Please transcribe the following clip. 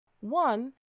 One